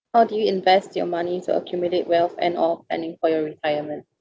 how do you invest your money to accumulate wealth and while planning for your retirement